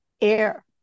air